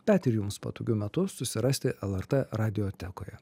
bet ir jums patogiu metu susirasti lrt radiotekoje